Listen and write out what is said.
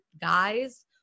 guys